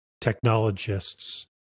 technologists